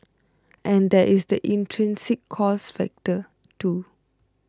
and there is the intrinsic cost factor too